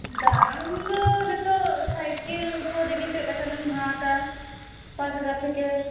ᱫᱟᱢ ᱫᱚ ᱱᱤᱛᱚᱜ ᱥᱟᱭᱠᱮᱹᱞ ᱩᱯᱚᱨ ᱨᱮᱜᱮ ᱪᱮᱫ ᱞᱮᱠᱟᱱᱟᱜᱮᱢ ᱦᱟᱛᱟ ᱯᱟᱸᱪᱦᱟᱡᱟᱨ ᱛᱷᱮᱠᱮ